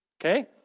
okay